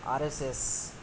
R S S